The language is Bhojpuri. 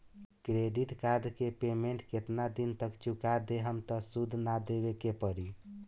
क्रेडिट कार्ड के पेमेंट केतना दिन तक चुका देहम त सूद ना देवे के पड़ी?